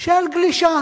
של גלישה